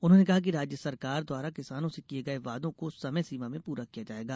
उन्होंने कहा कि राज्य सरकार द्वारा किसानों से किये गये बादों को समय सीमा में पूरा किया जायेगा